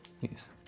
Yes